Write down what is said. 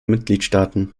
mitgliedstaaten